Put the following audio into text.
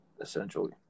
essentially